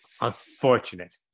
unfortunate